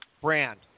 brand